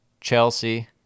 Chelsea